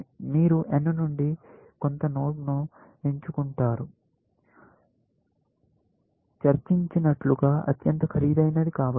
మీరు n నుండి కొంత నోడ్ను ఎంచుకుంటారు చర్చించినట్లుగా అత్యంత ఖరీదైనది కావచ్చు